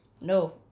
no